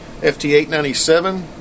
FT897